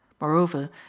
Moreover